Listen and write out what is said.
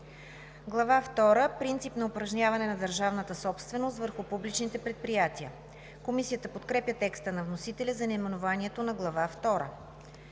втора – Принципи на упражняване на държавната собственост върху публични предприятия“. Комисията подкрепя текста на вносителя за наименованието на глава